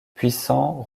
puissant